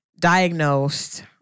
diagnosed